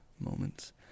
moments